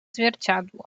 zwierciadło